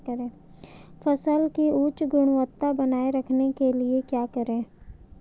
फसल की उच्च गुणवत्ता बनाए रखने के लिए क्या करें?